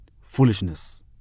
foolishness